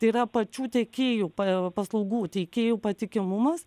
tai yra pačių tiekėjų pa paslaugų teikėjų patikimumas